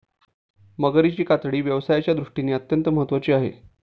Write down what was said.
मगरीची कातडी व्यवसायाच्या दृष्टीने अत्यंत महत्त्वाची आहे